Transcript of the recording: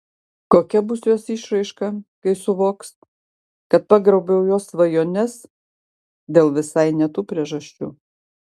kokia bus jos išraiška kai suvoks kad pagrobiau jos svajones dėl visai ne tų priežasčių